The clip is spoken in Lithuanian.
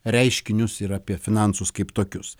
reiškinius ir apie finansus kaip tokius